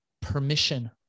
permission